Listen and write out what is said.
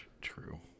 True